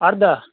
اَرداہ